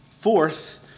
Fourth